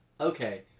okay